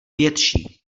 větší